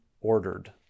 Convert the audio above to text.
ordered